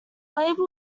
label